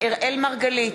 אראל מרגלית,